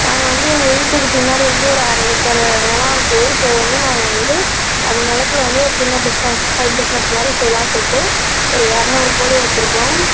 நாங்கள் வந்து எங்கள் வீட்டுக்குப் பின்னாடி வந்து ஒரு அரை ஏக்கரு நிலம் இருக்குது ஸோ வந்து நாங்கள் வந்து அந்த நிலத்துல வந்து ஒரு சின்ன பிஸ்னஸ் சைட் பிஸ்னஸ் மாதிரி செய்யலான்னு சொல்லிட்டு ஒரு எரநூறு கோழி வெச்சிருக்கோம்